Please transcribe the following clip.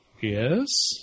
Yes